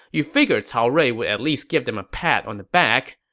you figure cao rui would at least give them a pat on the back,